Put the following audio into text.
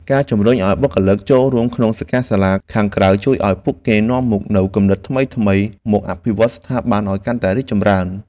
ការជំរុញឱ្យបុគ្គលិកចូលរួមក្នុងសិក្ខាសាលាខាងក្រៅ ជួយឱ្យពួកគេនាំមកនូវគំនិតថ្មីៗមកអភិវឌ្ឍស្ថាប័នឱ្យកាន់តែរីកចម្រើន។